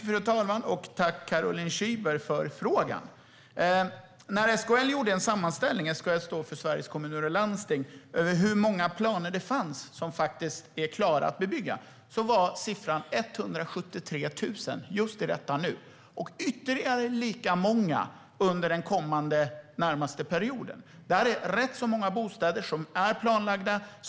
Fru talman! Tack, Caroline Szyber, för frågan! När SKL, Sveriges Kommuner och Landsting, gjorde en sammanställning över hur många planer som finns som är klara att bebygga var siffran 173 000 just i detta nu. Det finns ytterligare lika många under den närmaste kommande perioden. Rätt många bostäder är planlagda.